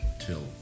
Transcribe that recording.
till